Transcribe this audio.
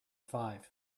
five